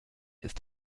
ist